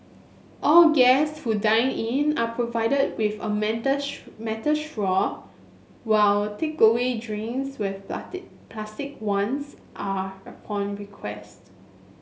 all guest who dine in are provided with a metal metal straw while takeaway drinks with plastic ones are upon request